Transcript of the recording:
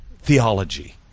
theology